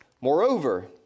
Moreover